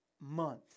month